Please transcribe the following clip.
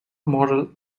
moral